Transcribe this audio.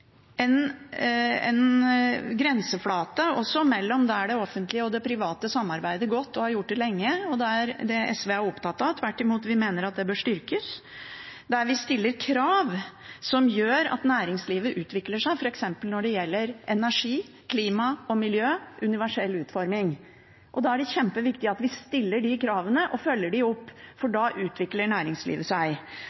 om en grenseflate mellom der det offentlige og det private samarbeider godt, og har gjort det lenge – det er SV opptatt av, og vi mener tvert imot at det bør styrkes – der vi stiller krav som gjør at næringslivet utvikler seg, f.eks. når det gjelder energi, klima og miljø og universell utforming. Det er kjempeviktig at vi stiller de kravene og følger dem opp, for